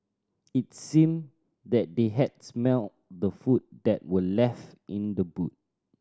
it seemed that they had smelt the food that were left in the boot